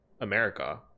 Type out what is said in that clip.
america